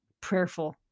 prayerful